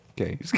Okay